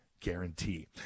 guarantee